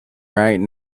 right